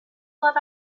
what